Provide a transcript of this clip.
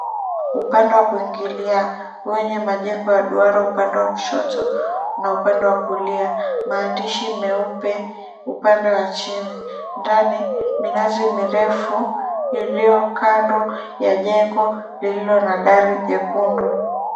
Upande wakuingilia wenye majengo ya duara, upande wa kushoto na upande wa kulia, maandishi meupe upande wa chini ndani minazi mirefu iliyo kando ya jengo lililo na dari jekundu.